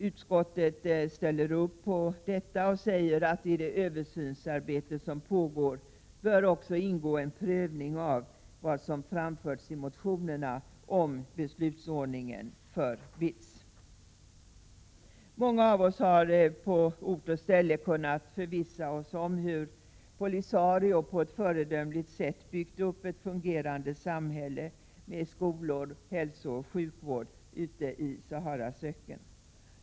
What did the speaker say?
Utskottet ställer upp på detta krav och framhåller att i det översynsarbete som pågår bör också ingå en prövning av vad som framförts i motionerna om beslutsordningen för BITS. Många av oss har på ort och ställe kunnat förvissa oss om hur Polisario på ett föredömligt sätt i Saharas öken byggt upp ett fungerande samhälle med skolor samt hälsooch sjukvård.